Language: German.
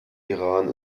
iran